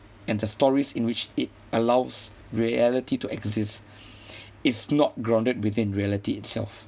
and their stories in which it allows reality to exist is not grounded within reality itself